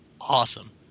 Awesome